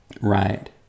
right